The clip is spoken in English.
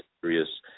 serious